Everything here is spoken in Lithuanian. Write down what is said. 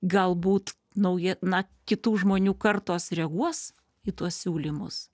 galbūt nauja na kitų žmonių kartos reaguos į tuos siūlymus